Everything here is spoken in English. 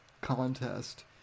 contest